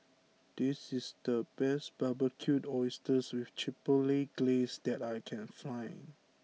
this is the best Barbecued Oysters with Chipotle Glaze that I can find